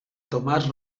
tomàs